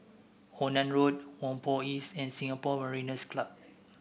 Onan Road Whampoa East and Singapore Mariners' Club